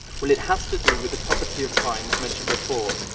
well, it has to do with the property of primes mentioned before,